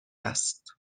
است